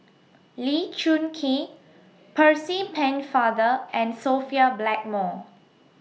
Lee Choon Kee Percy Pennefather and Sophia Blackmore